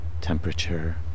temperature